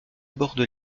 borde